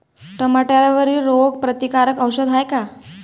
टमाट्यावरील रोग प्रतीकारक औषध हाये का?